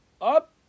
up